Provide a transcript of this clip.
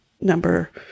number